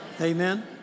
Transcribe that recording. Amen